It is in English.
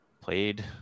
played